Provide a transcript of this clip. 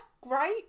great